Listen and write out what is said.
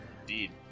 indeed